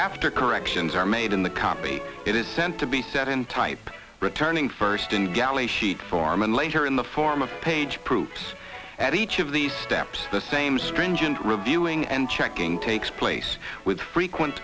after corrections are made in the company it is sent to be set in type returning first in galley sheet form and later in the form of page proofs at each of these steps the same stringent reviewing and checking takes place with frequent